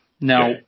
Now